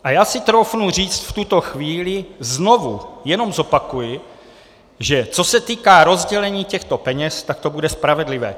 A já si troufnu říct v tuto chvíli, znovu jenom zopakuji, že co se týká rozdělení těchto peněz, tak to bude spravedlivé.